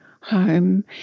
home